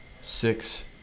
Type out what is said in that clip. six